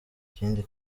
ikindi